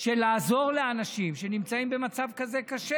של לעזור לאנשים שנמצאים במצב כזה קשה.